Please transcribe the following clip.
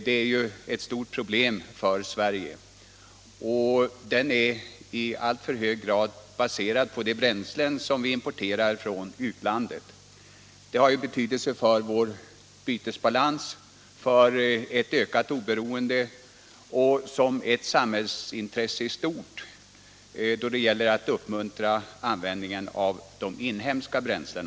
Den är ett stort problem för Sverige, och energin är i alltför hög grad baserad på de bränslen som vi importerar från utlandet. Det har betydelse för vår bytesbalans och för ett ökat oberoende. Det är ett samhällsintresse att uppmuntra användningen av inhemska bränslen.